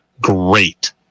great